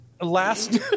Last